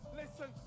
listen